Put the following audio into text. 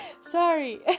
Sorry